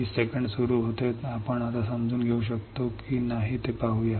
20 second सुरू होते आता आपण समजून घेऊ शकतो की नाही ते पाहूया